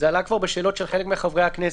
זה עלה כבר בשאלות של חלק מחברי הכנסת.